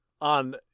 on